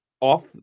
off